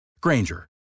Granger